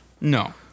No